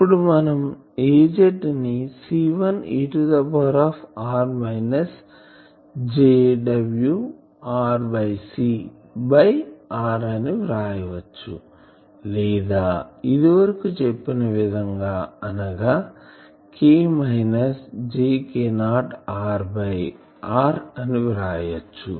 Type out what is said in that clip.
ఇప్పుడు మనం Az ని C1 e r jw r c by r అని వ్రాయచ్చు లేదా ఇదివరకు చెప్పిన విధంగా అనగా K minus J Ko r by r అని వ్రాయచ్చు